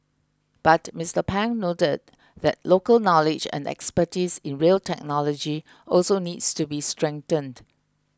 but Mister Pang noted that local knowledge and expertise in rail technology also needs to be strengthened